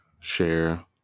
share